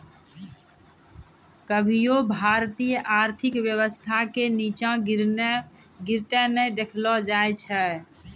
कभियो भारतीय आर्थिक व्यवस्था के नींचा गिरते नै देखलो जाय छै